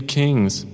kings